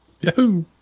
Yahoo